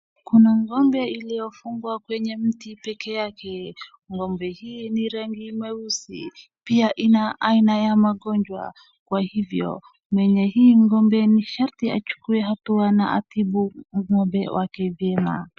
Kuna ng'ombe iliyofungwa kwenye mti pekee yake. Ng'ombe hii ni rangi mweusi pia ina aina ya magonjwa kwa hivyo mwenye hii ng'ombe ni sharti achukue hatua na atibu ng'ombe wake vyema.